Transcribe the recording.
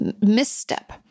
misstep